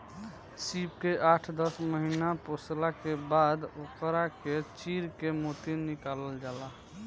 सीप के आठ दस महिना पोसला के बाद ओकरा के चीर के मोती निकालल जाला